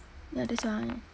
ya that's why but